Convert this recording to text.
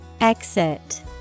Exit